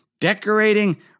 decorating